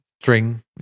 string